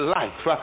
life